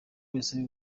wese